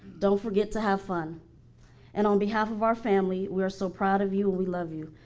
don't forget to have fun and on behalf of our family we are so proud of you and we love you.